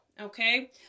okay